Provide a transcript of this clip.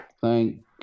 Thank